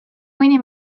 mõni